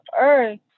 earth